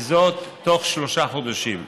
וזאת בתוך שלושה חודשים.